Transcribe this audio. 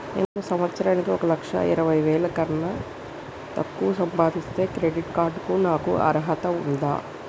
నేను సంవత్సరానికి ఒక లక్ష ఇరవై వేల కన్నా తక్కువ సంపాదిస్తే క్రెడిట్ కార్డ్ కు నాకు అర్హత ఉందా?